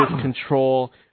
control